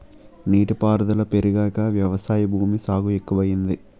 నీటి పారుదుల పెరిగాక వ్యవసాయ భూమి సాగు ఎక్కువయింది